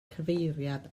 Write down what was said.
cyfeiriad